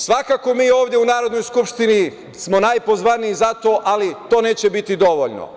Svakako mi ovde u Narodnoj skupštini smo najpozvaniji zato, ali to neće biti dovoljno.